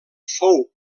fou